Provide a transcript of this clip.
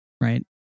right